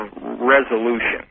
resolution